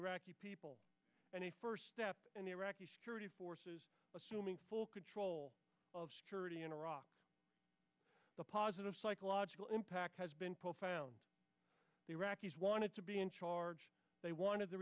iraqi people and a first step in the iraqi security forces assuming full control of security in iraq the positive psychological impact has been profound the iraqis want to be in charge they want of the